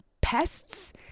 pests